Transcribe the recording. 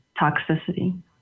toxicity